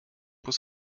bus